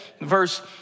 verse